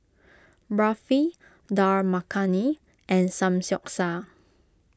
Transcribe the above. Barfi Dal Makhani and Samgyeopsal